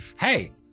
Hey